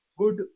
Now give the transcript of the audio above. Good